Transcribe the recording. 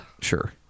Sure